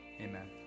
Amen